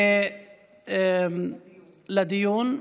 לדיון.